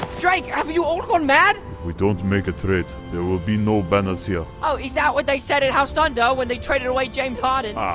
drake, have you all gone mad? if we don't make a trade, there will be no banners here. oh, is that what they said at house thunder when they traded away james harden?